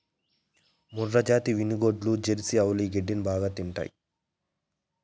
మూర్రాజాతి వినుగోడ్లు, జెర్సీ ఆవులు ఈ గడ్డిని బాగా తింటాయి